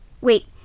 Wait